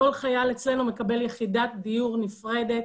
כל חייל אצלנו מקבל יחידת דיור נפרדת,